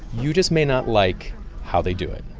you just may not like how they do it